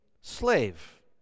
slave